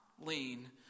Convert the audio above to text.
lean